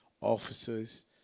officers